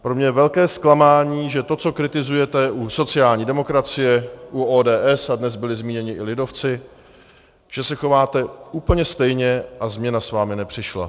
Pro mě je velké zklamání, že to, co kritizujete u sociální demokracie, u ODS, a dnes byli zmíněni i lidovci, že se chováte úplně stejně a změna s vámi nepřišla.